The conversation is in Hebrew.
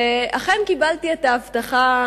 ואכן קיבלתי את ההבטחה,